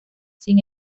sin